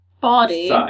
Body